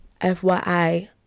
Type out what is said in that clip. FYI